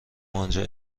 آنجا